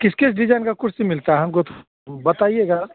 किस किस डिजाइन की कुर्सी मिलती है हमको बताइएगा